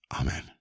Amen